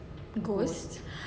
ghost